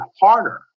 harder